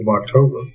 October